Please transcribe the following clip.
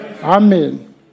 Amen